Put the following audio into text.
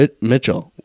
Mitchell